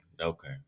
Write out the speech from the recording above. okay